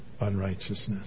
unrighteousness